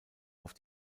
auf